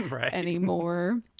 anymore